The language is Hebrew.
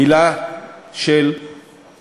אסטרטגיה, עכשיו מילה של רצינות,